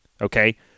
Okay